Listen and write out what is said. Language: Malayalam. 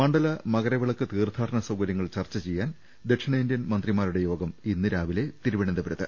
മണ്ഡല മകരവിളക്ക് തീർത്ഥാടന സൌകര്യങ്ങൾ ചർച്ച ചെയ്യാൻ ദക്ഷിണേന്ത്യൻ മന്ത്രിമാരുടെ യോഗം ഇന്ന് രാവിലെ തിരുവനന്തപുരത്ത്